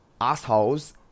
assholes